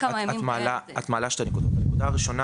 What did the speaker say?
את מעלה שתי נקודות: אחת,